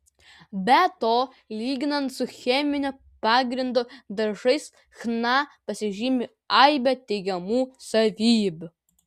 be to lyginant su cheminio pagrindo dažais chna pasižymi aibe teigiamų savybių